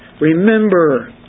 Remember